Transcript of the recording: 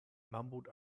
mumbled